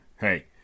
Hey